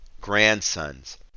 grandsons